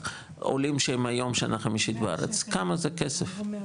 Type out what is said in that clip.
עולים שהם היום שנה חמישית בארץ, כמה זה בכסף?